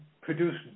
produce